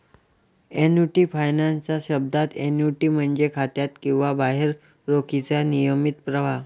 annuity finance च्या शब्दात, annuity म्हणजे खात्यात किंवा बाहेर रोखीचा नियमित प्रवाह